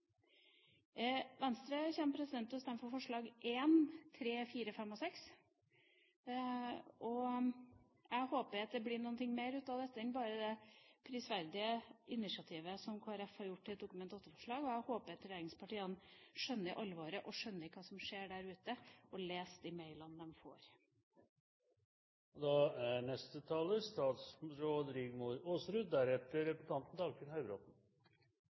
Venstre kommer til å stemme for forslagene nr. 1, 3, 4, 5 og 6. Jeg håper at det blir noe mer ut av dette enn bare det prisverdige initiativet som Kristelig Folkeparti har tatt gjennom et Dokument nr. 8-forslag. Jeg håper at regjeringspartiene skjønner alvoret, skjønner hva som skjer der ute, og leser de mailene de får.